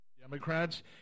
Democrats